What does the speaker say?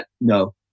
No